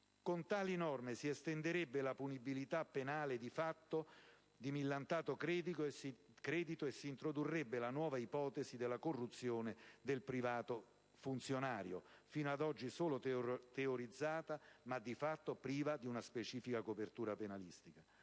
Con tali norme si estenderebbe la punibilità penale di fatti di millantato credito e si introdurrebbe la nuova ipotesi della corruzione del privato funzionario, fino ad oggi solo teorizzata ma di fatto priva di una specifica copertura penalistica.